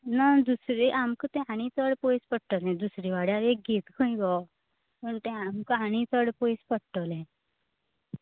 ना तें दुसरें आमकां तें आनी चड पयस पडटलें दुसऱ्या वाड्यार एक घेत खंय गो पूण तें आमकां आनी चड पयस पटलें